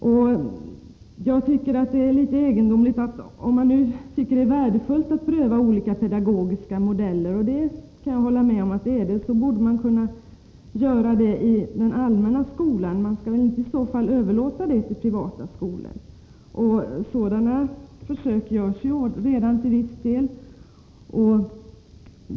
Om man nu tycker att det är värdefullt att pröva olika pedagogiska modeller — och det kan jag hålla med om att det är — borde man kunna göra det i den allmänna skolan och inte överlåta det till privata skolor. Sådana försök pågår redan till viss del.